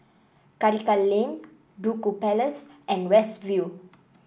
Karikal Lane Duku Place and West View